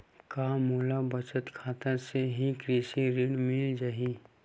का मोला बचत खाता से ही कृषि ऋण मिल जाहि?